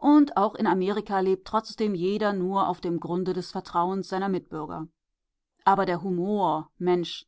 und auch in amerika lebt trotzdem jeder nur auf dem grunde des vertrauens seiner mitbürger aber der humor mensch